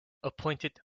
appointed